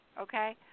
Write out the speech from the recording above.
Okay